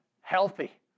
Healthy